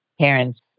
parents